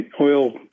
oil